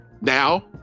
Now